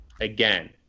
again –